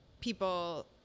people